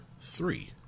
three